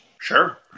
Sure